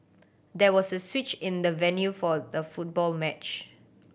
there was a switch in the venue for the football match